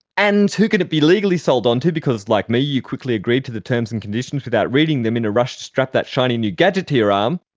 and who can it be legally sold onto because, like me, you quickly agreed to the terms and conditions without reading them in a rush to strap that shiny new gadget to your um